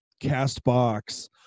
Castbox